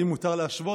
האם מותר להשוות?